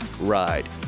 ride